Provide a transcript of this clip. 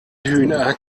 hühner